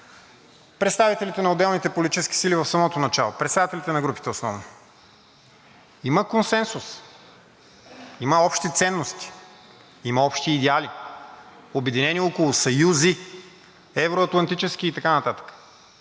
представителите на отделните политически сили – председателите на групите основно. Има консенсус. Има общи ценности. Има общи идеали. Обединени около съюзи – евро-атлантически, и така нататък.